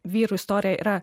vyrų istorija yra